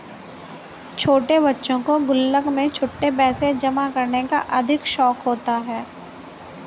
छोटे बच्चों को गुल्लक में छुट्टे पैसे जमा करने का अधिक शौक होता है